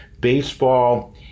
Baseball